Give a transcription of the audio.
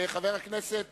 חבר הכנסת